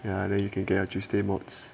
ya then you can get a tuesday mods